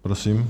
Prosím.